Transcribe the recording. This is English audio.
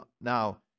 now